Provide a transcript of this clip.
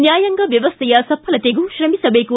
ನ್ಯಾಯಾಂಗ ವ್ಕವಸ್ಥೆಯ ಸಫಲತೆಗೂ ತ್ರಮಿಸಬೇಕು